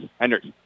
Hendricks